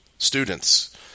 students